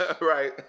Right